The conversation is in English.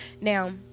Now